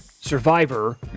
Survivor